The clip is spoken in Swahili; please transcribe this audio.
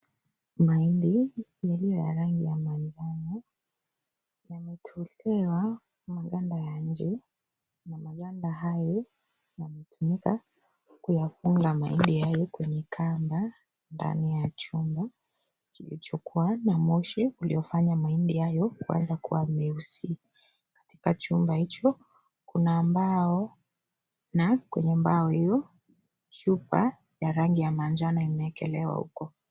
Maindi, yaliyoya rangi ya manjano, yametolewa maganda ya nje na maganda hayo, yametumika kuyafunga mahindi hayo kwenye kamba, ndani ya chumba, kilichokuwa na moshi uliofanya mahindi hayo ukaweza kuwa nyeusi. Katika chumba hicho, kuna mbao na kwenye mbao hiyo, chupa ya rangi ya manjano imeekelewa huko.